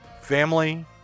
family